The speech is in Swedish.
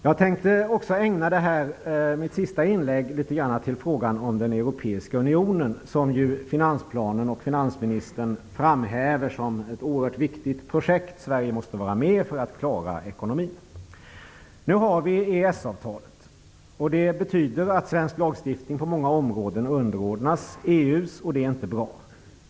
Jag skall ägna mitt sista inlägg åt frågan om den europeiska unionen, som finansplanen och finansministern framhäver som ett oerhört viktigt projekt -- Sverige måste vara med för att klara ekonomin. Nu har vi fått EES-avtalet, vilket betyder att svensk lagstiftning på många områden underordnas EU:s. Det är inte bra.